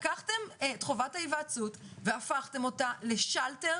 לקחתם את חובת ההיוועצות והפכתם אותה לשלטר